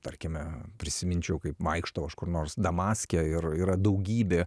tarkime prisiminčiau kaip vaikštau aš kur nors damaske ir yra daugybė